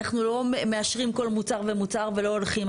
אנחנו לא מאשרים כל מוצר ומוצר ולא הולכים.